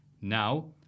Now